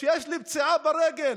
יש לי פציעה ברגל,